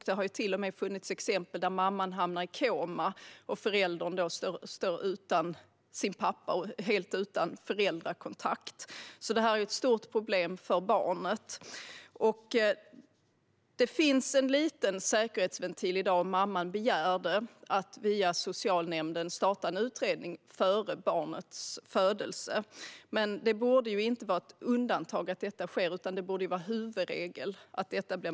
Det har till och med funnits exempel där mamman hamnat i koma och barnet stått utan sin pappa och helt utan föräldrakontakt. Det här är alltså ett stort problem för barnet. I dag finns det en liten säkerhetsventil om mamman begär det: att via Socialnämnden starta en utredning före barnets födelse. Men det borde ju inte vara ett undantag att detta sker, utan det borde vara huvudregel.